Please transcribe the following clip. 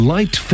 Light